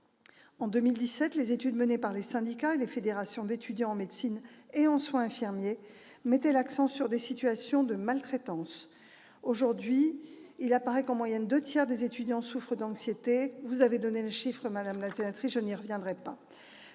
En 2017, les études menées par les syndicats et les fédérations d'étudiants en médecine et en soins infirmiers ont mis l'accent sur des situations de maltraitance. Aujourd'hui, il apparaît que, en moyenne, deux tiers des étudiants souffrent d'anxiété ; vous avez donné le chiffre, madame la sénatrice, et je n'y reviens pas.